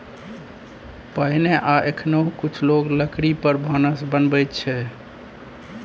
पहिने आ एखनहुँ कुछ लोक लकड़ी पर भानस बनबै छै